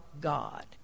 God